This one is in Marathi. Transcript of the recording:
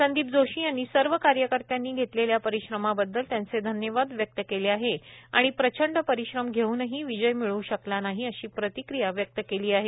संदीप जोशी यांनी सर्व कार्यकर्त्यांनी घेतलेल्या परिश्रमाबददल त्यांचे धन्यवाद व्यक्त केले आहे आणि प्रचंड परिश्रम घेऊनही विजय मिळ शकला नाही अशी प्रतिक्रिया व्यक्त केली आहे